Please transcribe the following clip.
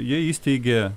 jie įsteigė